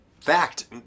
fact